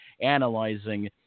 analyzing